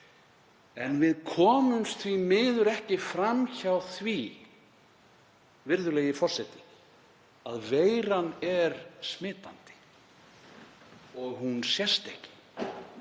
En við komumst því miður ekki fram hjá því, virðulegi forseti, að veiran er smitandi og hún sést ekki.